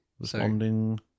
Responding